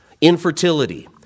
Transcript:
infertility